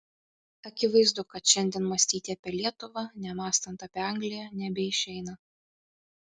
akivaizdu kad šiandien mąstyti apie lietuvą nemąstant apie angliją nebeišeina